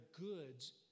goods